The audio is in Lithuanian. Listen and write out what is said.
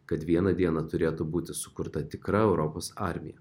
kad vieną dieną turėtų būti sukurta tikra europos armija